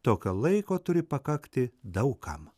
tokio laiko turi pakakti daug kam